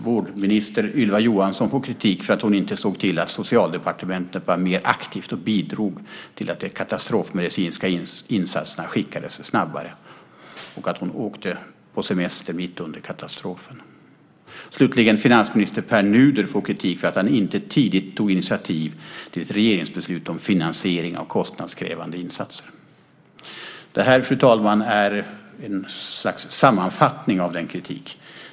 Vårdminister Ylva Johansson får kritik för att hon inte såg till att Socialdepartementet var mer aktivt och bidrog till att de katastrofmedicinska insatserna skickades snabbare och för att hon åkte på semester mitt under katastrofen. Slutligen får finansminister Pär Nuder kritik för att han inte tidigt tog initiativ till ett regeringsbeslut om finansiering av kostnadskrävande insatser. Detta var ett slags sammanfattning av kritiken.